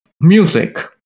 music